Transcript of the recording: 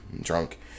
drunk